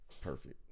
perfect